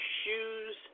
shoes